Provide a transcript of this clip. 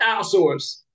outsource